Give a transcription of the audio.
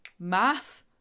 Math